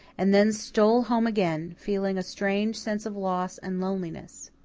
and then stole home again, feeling a strange sense of loss and loneliness.